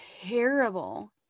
terrible